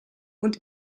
und